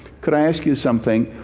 could i ask you something?